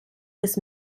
des